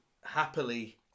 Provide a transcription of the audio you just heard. happily